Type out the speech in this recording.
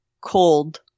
cold